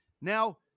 Now